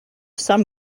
some